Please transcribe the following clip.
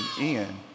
Ian